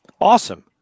Awesome